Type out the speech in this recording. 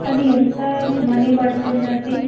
అది ఎంత మనీ పడుతుందండి